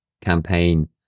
campaign